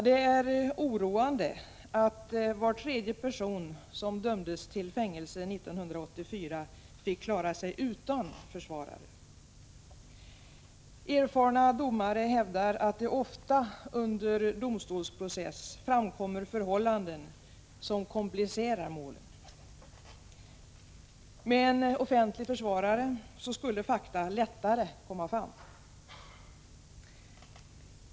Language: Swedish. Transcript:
Det är oroande att var tredje person som dömdes till fängelse år 1984 fick klara sig utan försvarare. Erfarna domare hävdar att det ofta under domstolsprocessen framkommer förhållanden som komplicerar målet. Med en offentlig försvarare skulle fakta lättare komma fram.